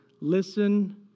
Listen